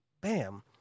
Bam